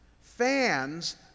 Fans